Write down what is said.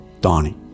Donnie